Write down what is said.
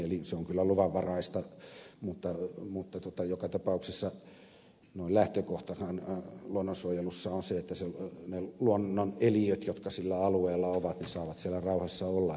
eli se on kyllä luvanvaraista mutta joka tapauksessa lähtökohtahan luonnonsuojelussa on se että ne luonnon eliöt jotka sillä alueella ovat saavat siellä rauhassa olla